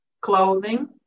clothing